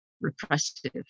repressive